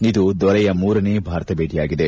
ಇದು ದೊರೆಯ ಮೂರನೇ ಭಾರತ ಭೇಟಿಯಾಗಿದೆ